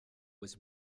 was